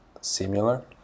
similar